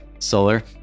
Solar